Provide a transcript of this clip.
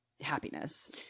happiness